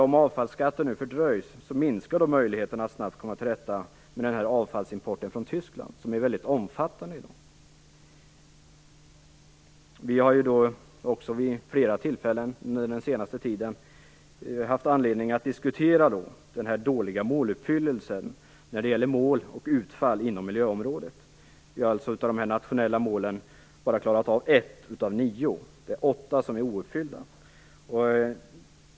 Om avfallsskattens införande nu fördröjs minskas möjligheterna att snabbt komma till rätta med avfallsimporten från Tyskland, som är väldigt omfattande i dag. Vi har under den senaste tiden vid flera tillfällen haft anledning att diskutera den dåliga måluppfyllelsen när det gäller mål och utfall inom miljöområdet. Vi har klarat av bara ett av de nio nationella målen, åtta är ouppfyllda.